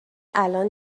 الان